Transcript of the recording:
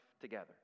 together